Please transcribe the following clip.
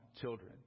children